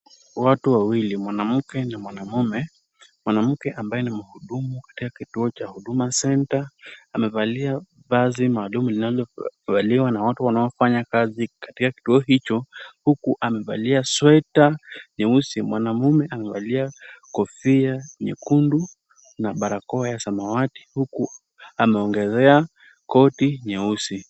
Watu wawili mwanamke na mwanaume, mwanamke ambaye ni mhudumu katika kituo cha Huduma Centre amevalia vazi maalum linalovaliwa na watu wanaofanya kazi katika kituo hicho, huku amevalia sweta nyeusi mwanaume amevalia kofia nyekundu na barakoa ya samawati, huku ameongezea koti nyeusi.